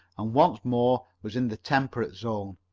and once more was in the temperate zone.